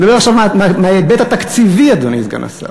אני מדבר עכשיו מההיבט התקציבי, אדוני סגן השר.